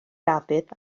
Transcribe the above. dafydd